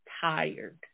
tired